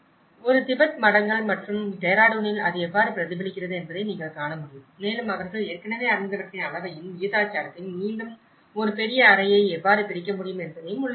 ஒரு திபெத் மடங்கள் மற்றும் டெஹ்ராடூனில் அது எவ்வாறு பிரதிபலிக்கிறது என்பதை நீங்கள் காண முடியும் மேலும் அவர்கள் ஏற்கனவே அறிந்தவற்றின் அளவையும் விகிதாச்சாரத்தையும் மீண்டும் ஒரு பெரிய அறையை எவ்வாறு பிரிக்க முடியும் என்பதையும் உள்ளடக்கியது